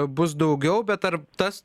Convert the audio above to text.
bus daugiau bet ar tas